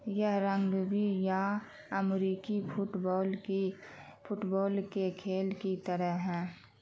یہ رنگبی یا امریکی فٹ بال کی فٹ بال کے کھیل کی طرح ہے